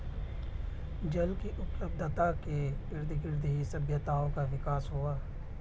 जल की उपलब्धता के इर्दगिर्द ही सभ्यताओं का विकास हुआ